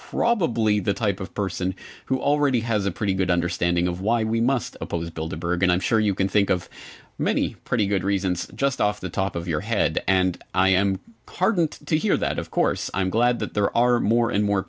probably the type of person who already has a pretty good understanding of why we must oppose building bergan i'm sure you can think of many pretty good reasons just off the top of your head and i am heartened to hear that of course i'm glad that there are more and more